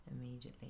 immediately